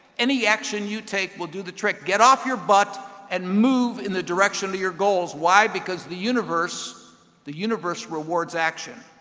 any action you take will do the trick. get off your butt and move in the direction of your goals. why, because the universe the universe rewards action.